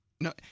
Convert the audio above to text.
No